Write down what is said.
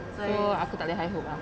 so aku tak boleh high hope lah